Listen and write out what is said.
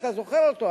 אתה זוכר אותו,